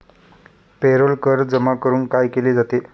Payroll कर जमा करून काय केले जाते?